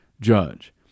judge